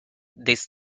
this